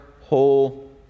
whole